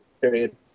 Period